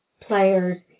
players